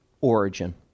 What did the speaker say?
origin